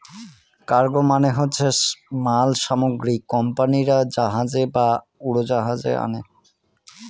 cargo মানে হচ্ছে মাল সামগ্রী কোম্পানিরা জাহাজে বা উড়োজাহাজে আনে